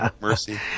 Mercy